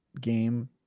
game